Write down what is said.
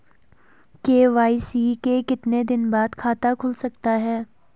KYC के कितने दिन बाद खाता खुल सकता है?